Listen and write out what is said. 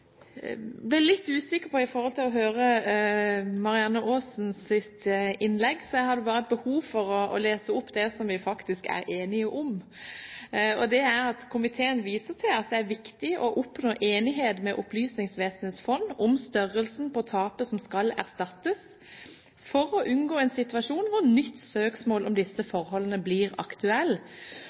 ble satt til side da dommen i Høyesterett falt. Jeg ble litt usikker da jeg hørte Marianne Aasens innlegg, så jeg har behov for å lese opp det vi faktisk er enige om: «Komiteen viser til at det er viktig å oppnå enighet med Opplysningsvesenets fond om størrelsen på tapet som skal erstattes, for å unngå en situasjon hvor nytt søksmål om disse forholdene blir